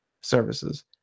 services